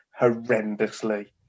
horrendously